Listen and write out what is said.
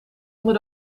onder